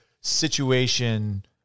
situation –